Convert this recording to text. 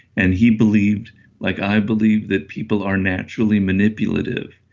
and he believed like i believe that people are naturally manipulative.